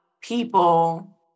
people